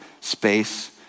space